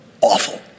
awful